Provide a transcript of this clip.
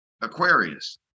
Aquarius